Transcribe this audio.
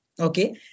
Okay